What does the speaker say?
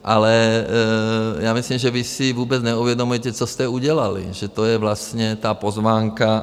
Ale já myslím, že vy si vůbec neuvědomujete, co jste udělali, že to je vlastně ta pozvánka.